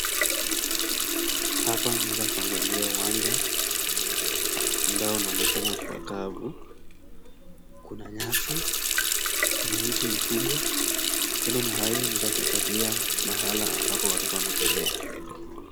Hapa unaeza kuangalia uwanja, ambao unaonekana kuwa kavu, kuna nyasi, kuna mti mkubwa, kando na hayo unaweza kuangalia mahala ambapo watoto wanachezea.